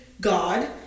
God